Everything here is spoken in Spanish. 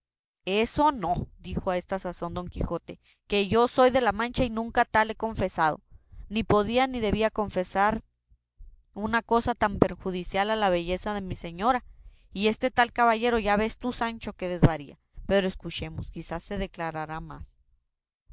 eso no dijo a esta sazón don quijote que yo soy de la mancha y nunca tal he confesado ni podía ni debía confesar una cosa tan perjudicial a la belleza de mi señora y este tal caballero ya vees tú sancho que desvaría pero escuchemos quizá se declarará más